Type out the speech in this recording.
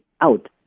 out